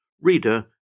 Reader